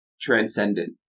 transcendent